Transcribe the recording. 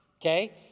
okay